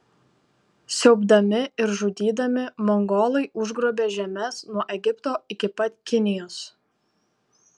siaubdami ir žudydami mongolai užgrobė žemes nuo egipto iki pat kinijos